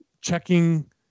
checking